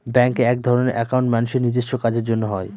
ব্যাঙ্কে একধরনের একাউন্ট মানুষের নিজেস্ব কাজের জন্য হয়